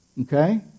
okay